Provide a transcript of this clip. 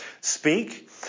speak